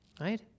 right